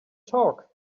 talk